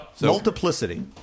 Multiplicity